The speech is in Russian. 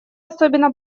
особенно